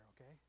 okay